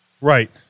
Right